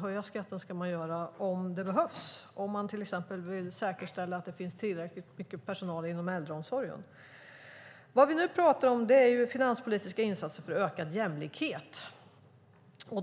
Höja skatten ska man göra om det behövs, om man till exempel vill säkerställa att det finns tillräckligt mycket personal inom äldreomsorgen. Det vi nu pratar om är finanspolitiska insatser för ökad jämlikhet.